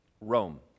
Rome